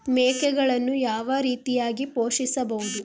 ಮೇಕೆಗಳನ್ನು ಯಾವ ರೀತಿಯಾಗಿ ಪೋಷಿಸಬಹುದು?